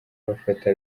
bafata